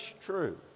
true